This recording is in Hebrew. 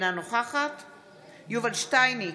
אינה נוכחת יובל שטייניץ,